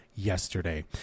yesterday